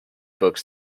books